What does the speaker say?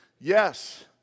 Yes